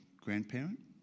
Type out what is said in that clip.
grandparent